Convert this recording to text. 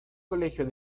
colegio